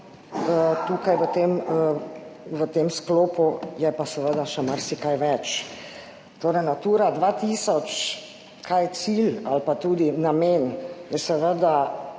tukaj v tem sklopu je pa seveda še marsikaj več. Torej Natura 2000, kaj je cilj ali pa tudi namen, je seveda